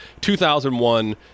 2001